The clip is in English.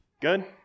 Good